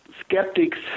skeptics